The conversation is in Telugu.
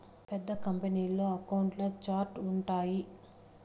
పెద్ద కంపెనీల్లో అకౌంట్ల ఛార్ట్స్ ఉంటాయి